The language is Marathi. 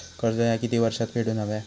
कर्ज ह्या किती वर्षात फेडून हव्या?